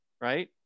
right